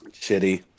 Shitty